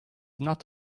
not